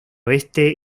oeste